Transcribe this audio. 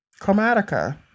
Chromatica